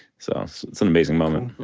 so some amazing moment,